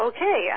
Okay